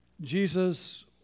Jesus